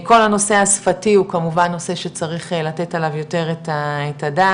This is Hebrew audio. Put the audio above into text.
כל הנושא השפתי הוא כמובן נושא שצריך לתת עליו יותר את הדעת,